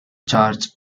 charge